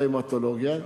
בהמטולוגיה.